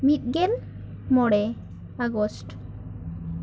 ᱢᱤᱫ ᱜᱮᱞ ᱢᱚᱬᱮ ᱟᱜᱚᱥᱴ